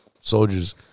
soldiers